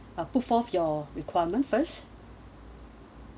or proof of your requirement first